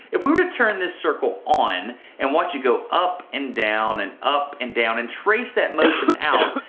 if we were to turn this circle on and watch it go up and down and up and down and trace that motion out,